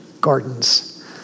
gardens